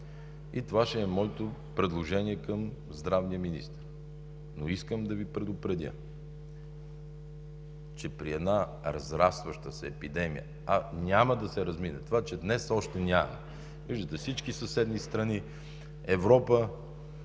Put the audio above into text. Това ще е моето предложение към здравния министър. Но искам да Ви предупредя, че при една разрастваща се епидемия, а няма да се размине, това, че днес още нямаме, виждате всички съседни страни, Европа…